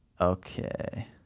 Okay